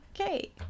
okay